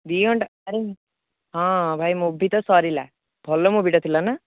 ଦୁଇ ଘଣ୍ଟା ଆରେ ହଁ ଭାଇ ମୁଭି ତ ସରିଲା ଭଲ ମୁଭିଟା ଥିଲା ନା